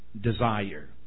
desire